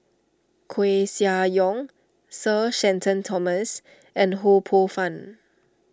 Koeh Sia Yong Sir Shenton Thomas and Ho Poh Fun